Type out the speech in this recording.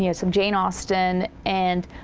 you know some jane austen, and